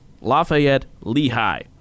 Lafayette-Lehigh